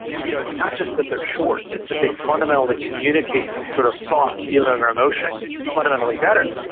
you know it's not just that they're short, it's that they fundamentally communicate some sort of thought, feeling or emotion fundamentally better.